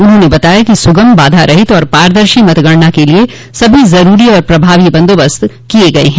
उन्होंने बताया कि सुगम बाधा रहित और पारदर्शी मतगणना के लिये सभी जरूरी और प्रभावी बंदोबस्त किये गये हैं